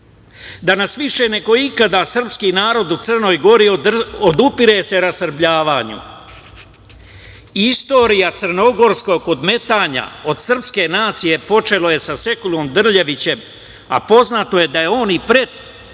više nego ikada srpski narod u Crnoj Gori odupire se rasrbljavanju. Istorija crnogorskog odmetanja od srpske nacije počela je sa Sekulom Drljevićem, a poznato je da je on i u toku